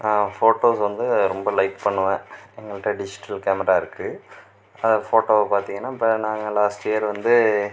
photos வந்து ரொம்ப like பண்ணுவேன் எங்கள்கிட்ட டிஜிட்டல் கேமரா இருக்கு அதை ஃபோட்டோவை பார்த்திங்கன்னா இப்போ நாங்கள் லாஸ்ட் இயர் வந்து